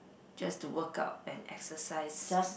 just to workout and exercise